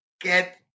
get